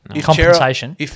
Compensation